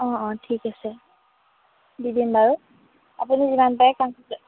অঁ অঁ ঠিক আছে দি দিম বাৰু আপুনি যিমান পাৰে কাম